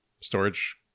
storage